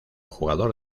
jugador